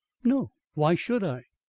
no why should i?